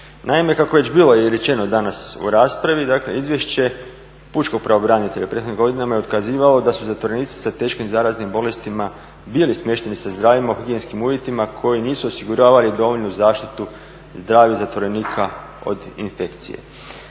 Naime, kako je već bilo i rečeno danas u raspravi dakle Izvješće pučkog pravobranitelja je godinama ukazivalo da su zatvorenici sa teškim zaraznim bolestima bili smješteni sa zdravima u higijenskim uvjetima koji nisu osiguravali dovoljnu zaštitu zdravih zatvorenika od infekcije.